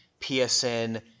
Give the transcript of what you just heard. PSN